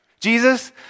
Jesus